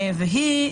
והיא: